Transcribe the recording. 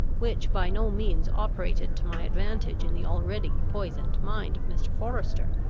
which by no means operated to my advantage in the already poisoned mind of mr. forester.